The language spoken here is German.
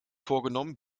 vorgenommen